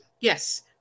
Yes